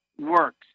works